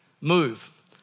move